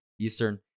Eastern